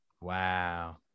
Wow